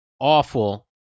awful